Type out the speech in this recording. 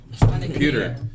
computer